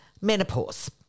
menopause